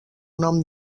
nom